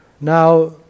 Now